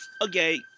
okay